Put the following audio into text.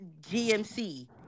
GMC